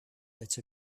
that